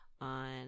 on